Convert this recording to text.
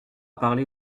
parler